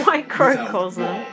Microcosm